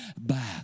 back